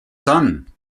son